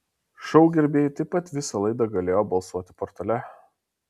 šou gerbėjai taip pat visą laidą galėjo balsuoti portale